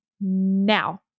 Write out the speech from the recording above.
now